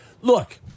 look